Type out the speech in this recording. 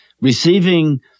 receiving